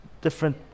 different